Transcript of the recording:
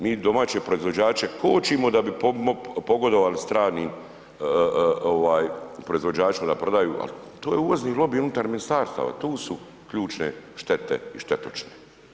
Mi domaće proizvođače kočimo da bi pogodovali stranim proizvođačima da prodaju ali to je uvozni lobi unutar ministarstava, tu su ključne štete i štetočine.